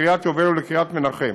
לקריית יובל ולקריית מנחם.